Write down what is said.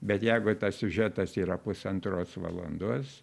bet jeigu tas siužetas yra pusantros valandos